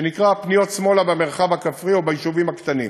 שנקראת "פניות שמאלה במרחב הכפרי וביישובים הקטנים".